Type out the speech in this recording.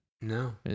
No